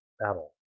battle